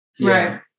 right